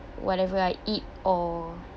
whatever I eat or